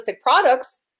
products